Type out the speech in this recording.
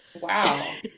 wow